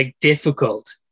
difficult